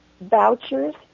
vouchers